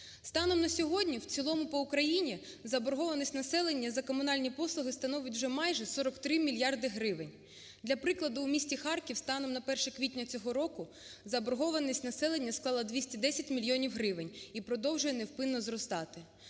Станом на сьогодні в цілому по Україні заборгованість населення за комунальні послуги становить вже майже 43 мільярди гривень, для прикладу, у місті Харкові станом на 1 квітня цього року заборгованість населення склала 210 мільйонів гривень і продовжує невпинно зростати,